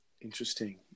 Interesting